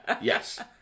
Yes